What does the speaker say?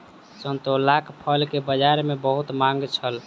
संतोलाक फल के बजार में बहुत मांग छल